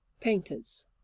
painters